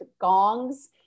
gongs